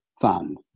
found